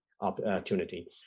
opportunity